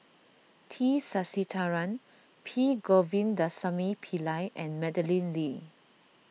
T Sasitharan P Govindasamy Pillai and Madeleine Lee